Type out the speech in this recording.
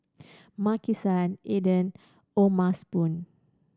Maki San Aden O'ma Spoon